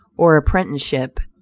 or apprenticeship,